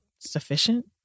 sufficient